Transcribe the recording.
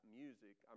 music